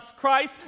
Christ